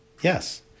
Yes